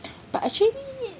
but actually